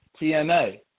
TNA